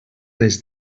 les